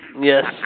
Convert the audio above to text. Yes